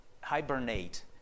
hibernate